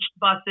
buses